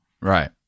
Right